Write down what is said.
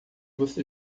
você